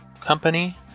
company